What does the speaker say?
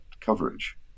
coverage